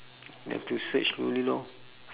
you have to search lor